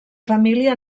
família